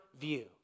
view